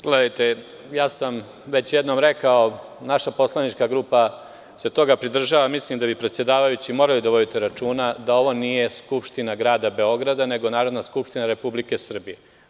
Gledajte, ja sam već jednom rekao naša poslanička grupa se toga pridržava, mislim da vi predsedavajući morate da vodite računa da ovo nije skupština grada Beograda, nego Narodna skupština Republike Srbije.